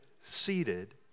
seated